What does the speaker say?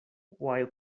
while